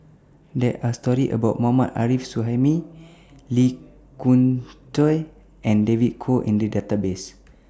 There Are stories about Mohammad Arif Suhaimi Lee Khoon Choy and David Kwo in The Database